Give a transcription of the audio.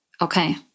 okay